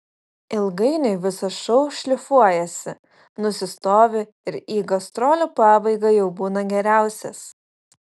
ilgainiui visas šou šlifuojasi nusistovi ir į gastrolių pabaigą jau būna geriausias